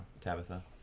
Tabitha